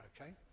Okay